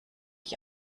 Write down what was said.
ich